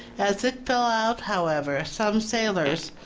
as it fell out, however, some sailors,